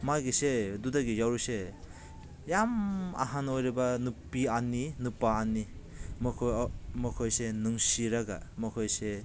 ꯃꯥꯒꯤꯁꯦ ꯑꯗꯨꯗꯒꯤ ꯌꯥꯎꯔꯤꯁꯦ ꯌꯥꯝ ꯑꯍꯟ ꯑꯣꯏꯔꯕ ꯅꯨꯄꯤ ꯑꯅꯤ ꯅꯨꯄꯥ ꯑꯅꯤ ꯃꯈꯣꯏꯁꯦ ꯅꯨꯡꯁꯤꯔꯒ ꯃꯈꯣꯏꯁꯦ